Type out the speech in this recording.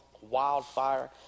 wildfire